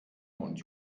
und